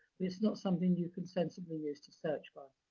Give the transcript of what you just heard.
but it's not something you can sensibly use to search by.